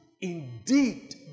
Indeed